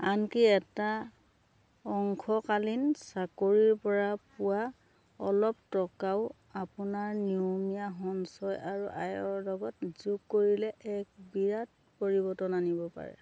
আনকি এটা অংশকালীন চাকৰিৰ পৰা পোৱা অলপ টকাও আপোনাৰ নিয়মীয়া সঞ্চয় আৰু আয়ৰ লগত যোগ কৰিলে এক বিৰাট পৰিবৰ্তন আনিব পাৰে